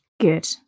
Good